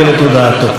מי בעד?